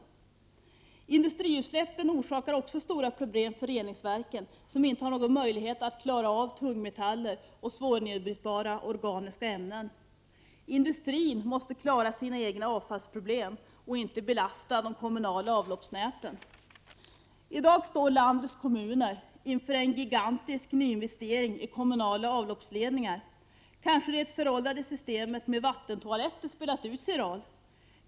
Även industriutsläppen orsakar stora problem för reningsverken, som inte har någon möjlighet att klara tungmetaller och svårnedbrytbara organiska ämnen. Industrin måste klara sina egna avfallsproblem och får inte belasta de kommunala avloppsnäten. I dag står landets kommuner inför en gigantisk nyinvestering i kommunala avloppsledningar. Kanske det föråldrade systemet med vattentoaletter spelat ut sin roll.